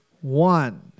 one